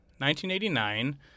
1989